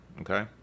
Okay